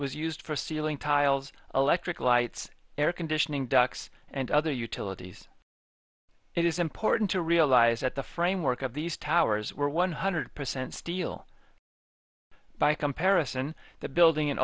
was used for ceiling tiles electric lights air conditioning ducts and other utilities it is important to realize that the framework of these towers were one hundred percent steel by comparison the building in